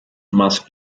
must